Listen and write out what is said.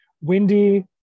windy